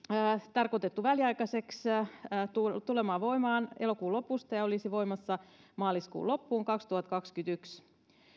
tarkoitettu väliaikaiseksi tulemaan voimaan elokuun lopusta ja se olisi voimassa maaliskuun loppuun kaksituhattakaksikymmentäyksi